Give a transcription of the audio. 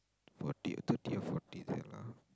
forty thirty or forty say lah